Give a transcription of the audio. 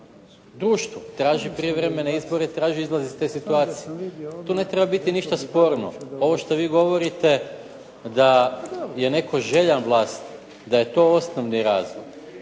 društvo traži prijevremene izbore, traži izlaz iz te situacije. Tu ne treba biti ništa sporno. Ovo što vi govorite da je netko željan vlasti, da je to osnovni razlog,